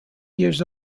years